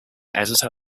editor